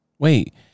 Wait